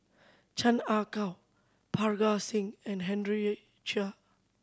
Chan Ah Kow Parga Singh and Henry Chia